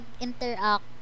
interact